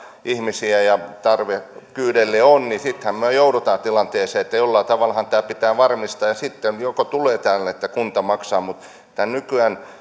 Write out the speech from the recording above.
ihmisiä ja tarve kyydeille on sittenhän me joudumme tilanteeseen että jollain tavallahan tämä pitää varmistaa ja sitten tulee tämä että kunta maksaa mutta tämän